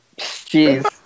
Jeez